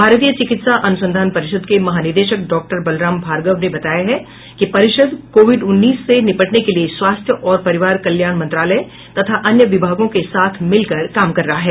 भारतीय चिकित्सा अनुसंधान परिषद के महानिदेशक डॉक्टर बलराम भार्गव ने बताया है कि परिषद कोविड उन्नीस से निपटने के लिए स्वास्थ्य और परिवार कल्याण मंत्रालय तथा अन्य विभागों के साथ मिलकर काम कर रहा है